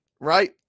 right